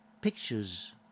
pictures